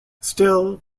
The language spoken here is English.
still